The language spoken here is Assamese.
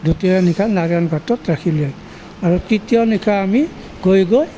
দ্বিতীয় নিশা নাৰায়ণ ঘাটত ৰাখিলে আৰু তৃতীয় নিশা আমি গৈ গৈ